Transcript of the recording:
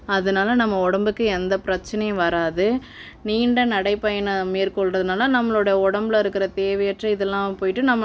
அதனால் நம்ம உடம்புக்கு எந்த பிரச்சனையும் வராது நீண்ட நடைபயணம் மேற்கொள்றதுனால் நம்மளோட உடம்புலருக்குற தேவையற்ற இதலாம் போயிட்டு நம்மளோட எப்பவுமே நடைபயணந்தான் நம்பளோட உடம்ப ஆரோக்கியமாக வச்சுக்கும்